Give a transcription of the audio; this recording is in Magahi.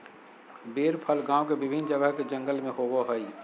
बेर फल गांव के विभिन्न जगह के जंगल में होबो हइ